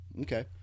Okay